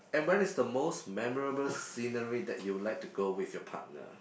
and where is the memorable scenery that you would like to go with your partner